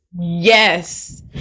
Yes